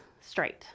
straight